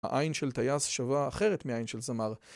העין של טייס, שווה אחרת מעין של זמר.